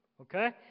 Okay